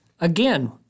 Again